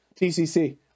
TCC